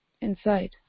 inside